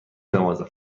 نوازم